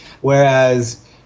Whereas